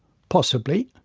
possibly,